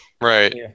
Right